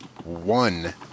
one